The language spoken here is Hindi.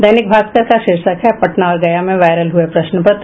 दैनिक भास्कर का शीर्षक है पटना और गया में वायरल हुए प्रश्न पत्र